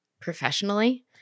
professionally